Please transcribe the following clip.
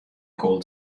gold